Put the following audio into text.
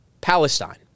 Palestine